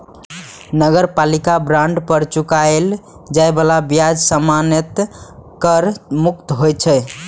नगरपालिका बांड पर चुकाएल जाए बला ब्याज सामान्यतः कर मुक्त होइ छै